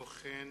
בקשת